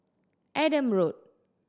Adam Road